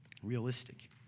realistic